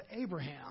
Abraham